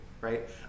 right